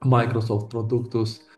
microsoft produktus